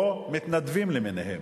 או מתנדבים למיניהם.